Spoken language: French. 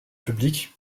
public